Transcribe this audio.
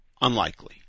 Unlikely